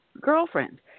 girlfriend